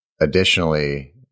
additionally